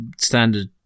standard